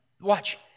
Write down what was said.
Watch